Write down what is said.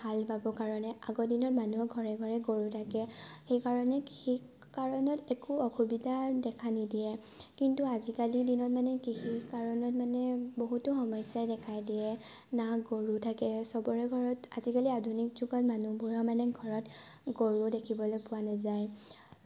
হাল বাবৰ কাৰণে আগৰ দিনত মানুহৰ ঘৰে ঘৰে গৰু থাকে সেইকাৰণে কৃষি সেই কাৰণত একো অসুবিধা দেখা নিদিয়ে কিন্তু আজিকালি দিনত মানে কৃষি কাৰণত মানে বহুতো সমস্যাই দেখা দিয়ে না গৰু থাকে চবৰে ঘৰত আজিকালি আধুনিক যুগত মানুহবোৰৰ মানে ঘৰত গৰু দেখিবলৈ পোৱা নাযায়